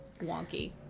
wonky